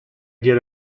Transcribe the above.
get